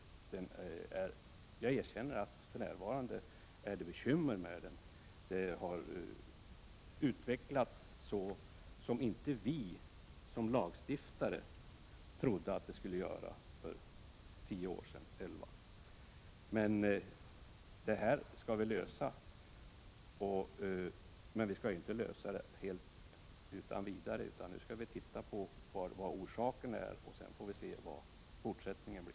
Jag erkänner att det för närvarande är bekymmer med den. Praxis har utvecklats på ett sätt som vi som lagstiftare för tio elva år sedan inte förutsåg. De problemen skall vi lösa, men vi skall inte göra det utan vidare — först skall vi titta närmare på vad orsakerna är, och sedan får vi se vad fortsättningen blir.